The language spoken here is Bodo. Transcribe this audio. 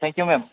औ थेंक इउ मेम